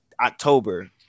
October